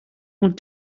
want